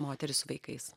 moterį su vaikais